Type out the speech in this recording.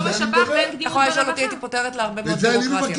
ואין קביעות לא --- ואין קביעות ברווחה.